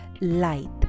light